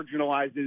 marginalizes